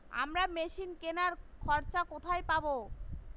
আমরা মেশিন কেনার খরচা কোথায় পাবো?